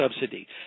subsidy